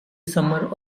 summer